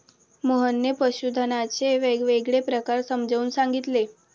मोहनने पशुधनाचे वेगवेगळे प्रकार समजावून सांगितले